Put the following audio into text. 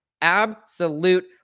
Absolute